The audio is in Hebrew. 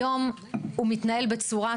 היום הוא מתנהל בצורה,